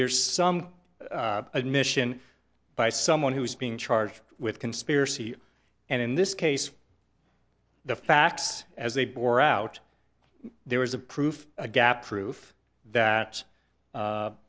there's some admission by someone who's being charged with conspiracy and in this case the facts as they bore out there was a proof a gap proof that